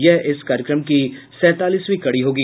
यह इस कार्यक्रम की सैंतालीसवीं कड़ी होगी